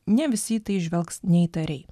ne visi į tai įžvelgs neįtariai